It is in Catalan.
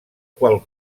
qual